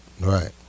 Right